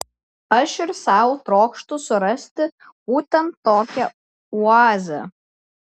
aš ir sau trokštu surasti būtent tokią oazę